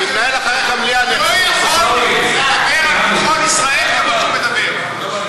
הוא לא יכול לדבר על ביטחון ישראל כמו שהוא מדבר.